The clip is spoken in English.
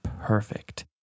perfect